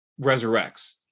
resurrects